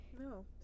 No